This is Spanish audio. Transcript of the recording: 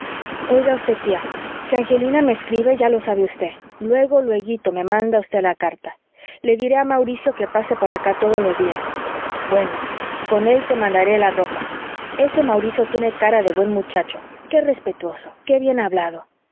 oiga usted tía si angelina me escribe ya lo sabe usted luego lueguito me manda usted la carta le diré a mauricio que pase por acá todos los días bueno con él te mandaré la ropa ese mauricio tiene cara de buen muchacho qué respetuoso qué bien hablado